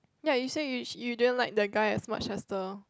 ya you said you you didn't like the guy as much as the